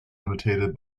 imitated